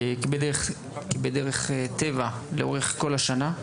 בדרך טבע לאורך כל השנה.